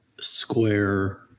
Square